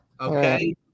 Okay